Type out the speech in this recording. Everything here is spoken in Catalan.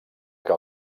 que